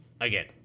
again